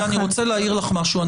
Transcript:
גבירתי, אני רוצה להעיר לך משהו.